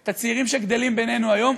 את הצעירים שגדלים בינינו היום,